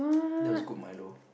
that was good Milo